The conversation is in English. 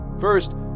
First